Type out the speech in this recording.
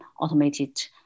automated